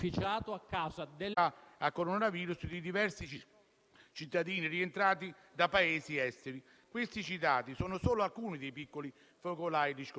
dalle lotte tra le diverse organizzazioni malavitose, per il controllo del territorio e per la gestione di attività poco lecite. Questi casi, come già